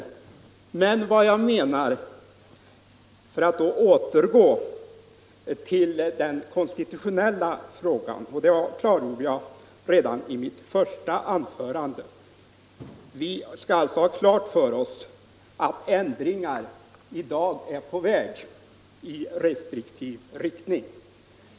Och i den konstitutionella frågan vill jag upprepa vad jag sade redan i mitt första anförande: Vi skall ha klart för oss att ändringar i dag är på väg i restriktiv riktning.